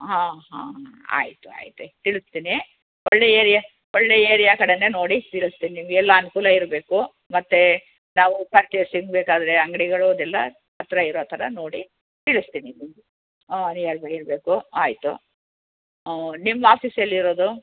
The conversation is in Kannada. ಹಾಂ ಹಾಂ ಆಯಿತು ಆಯಿತು ಎ ತಿಳಿಸ್ತೀನಿ ಒಳ್ಳೆ ಏರಿಯಾ ಒಳ್ಳೆ ಏರಿಯಾ ಕಡೆನೇ ನೋಡಿ ತಿಳ್ಸ್ತೀನಿ ನಿಮ್ಗೆ ಎಲ್ಲ ಅನುಕೂಲ ಇರಬೇಕು ಮತ್ತು ನಾವು ಪರ್ಚೆಸಿಂಗ್ ಬೇಕಾದರೆ ಅಂಗಡಿಗಳು ಅದೆಲ್ಲ ಹತ್ತಿರ ಇರೋ ಥರ ನೋಡಿ ತಿಳಿಸ್ತೀನಿ ನಿಮಗೆ ಹಾಂ ನಿಯರ್ಬೈ ಇರಬೇಕು ಆಯಿತು ನಿಮ್ಮ ಆಫೀಸ್ ಎಲ್ಲಿರೋದು